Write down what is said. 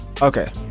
okay